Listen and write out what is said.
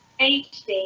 HD